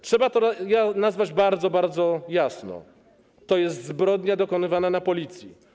Trzeba to nazwać bardzo, bardzo jasno: to jest zbrodnia dokonywana na Policji.